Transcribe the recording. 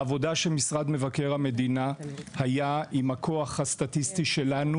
העבודה של משרד מבקר המדינה היתה עם הכוח הסטטיסטי שלנו